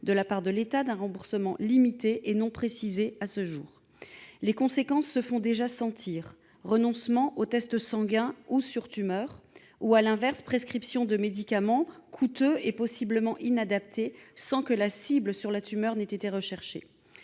de la part de l'État que d'un remboursement limité et non précisé à ce jour. Les conséquences se font déjà sentir : renoncement aux tests sanguins ou sur tumeur ; à l'inverse, prescription de médicaments- coûteux et possiblement inadaptés -sans que la cible sur la tumeur ait été recherchée.